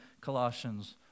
Colossians